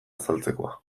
azaltzekoa